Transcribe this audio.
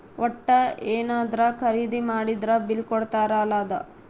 ವಟ್ಟ ಯೆನದ್ರ ಖರೀದಿ ಮಾಡಿದ್ರ ಬಿಲ್ ಕೋಡ್ತಾರ ಅಲ ಅದ